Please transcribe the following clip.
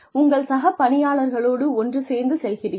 உங்கள் சக பணியாளர்களோடு ஒன்று சேர்ந்து செல்கிறீர்கள்